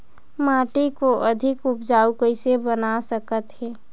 माटी को अधिक उपजाऊ कइसे बना सकत हे?